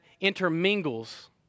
intermingles